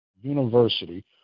University